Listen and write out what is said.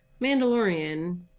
mandalorian